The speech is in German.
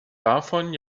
davon